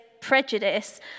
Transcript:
prejudice